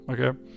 okay